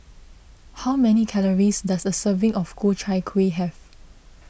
how many calories does a serving of Ku Chai Kuih have